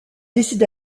décide